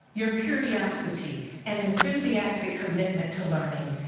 your curiosity and enthusiastic commitment to learning,